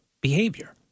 behavior